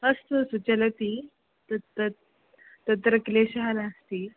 अस्तु अस्तु चलति तत् तत् तत्र क्लेशः नास्ति